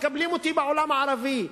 מקבלים אותי בעולם הערבי,